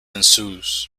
ensues